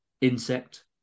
insect